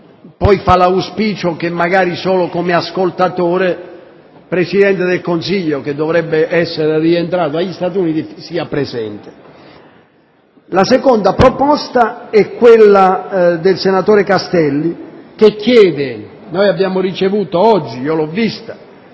poi auspicato che, magari solo come ascoltatore, il Presidente del Consiglio, che dovrebbe essere rientrato dagli Stati Uniti, sia presente. La seconda proposta è quella del senatore Castelli, che chiede (l'abbiamo ricevuta oggi e io l'ho vista)